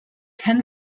ten